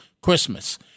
Christmas